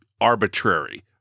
arbitrary